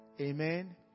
Amen